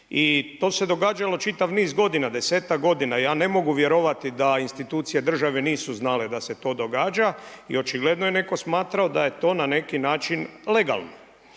to se događalo čitav niz godina, desetak godina. Ja ne mogu vjerovati da institucije države nisu znale da se to događa i očigledno je netko smatrao da je to na neki način legalno.